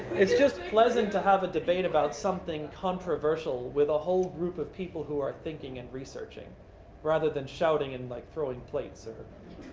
it's just pleasant to have a debate about something controversial with a whole group of people who are thinking and researching rather than shouting and like throwing plates. audience